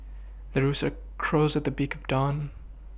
the rooster crows at the big down